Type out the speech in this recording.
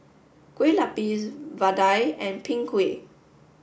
Kueh Lapis Vadai and Png Kueh